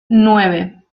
nueve